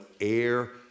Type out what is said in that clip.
air